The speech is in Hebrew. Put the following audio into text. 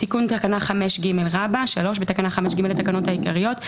תיקון תקנה 5ג 3. בתקנה 5ג לתקנות העיקריות,